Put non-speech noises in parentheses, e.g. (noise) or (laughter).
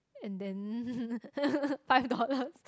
and then (laughs) five dollars